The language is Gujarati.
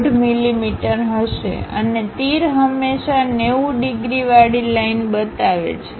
5 મીમી હશે અને તીર હંમેશાં 90ડિગ્રીવાળી લાઇન બતાવે છે